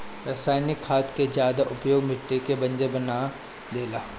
रासायनिक खाद के ज्यादा उपयोग मिट्टी के बंजर बना देला